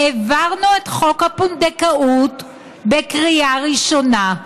העברנו את חוק הפונדקאות בקריאה ראשונה,